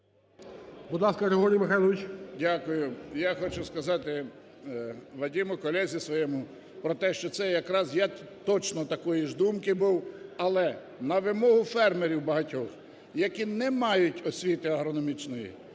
Дякую. Я хочу сказати Вадиму, колезі своєму, про те, що це якраз я точно такої ж думки був. Але на вимогу фермерів багатьох, які не мають освіти агрономічної,